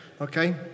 Okay